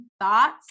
thoughts